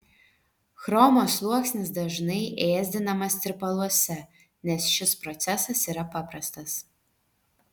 chromo sluoksnis dažnai ėsdinamas tirpaluose nes šis procesas yra paprastas